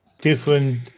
different